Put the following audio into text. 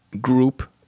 group